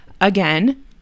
again